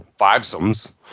fivesomes